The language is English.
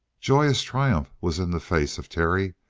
joyous triumph was in the face of terry.